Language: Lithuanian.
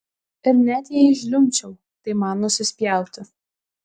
ir net jei žliumbčiau tai man nusispjauti